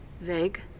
Vague